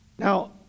Now